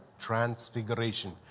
transfiguration